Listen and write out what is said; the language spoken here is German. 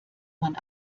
man